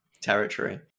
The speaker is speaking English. territory